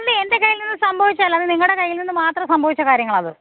അല്ല എൻ്റെ കയ്യിൽ നിന്ന് സംഭവിച്ചതല്ല അതു നിങ്ങളുടെ കയ്യിൽ നിന്നു മാത്രം സംഭവിച്ച കാര്യങ്ങളാണത്